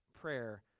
prayer